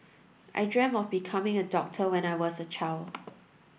I dreamt of becoming a doctor when I was a child